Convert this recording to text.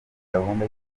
gahunda